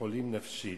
חולים נפשית?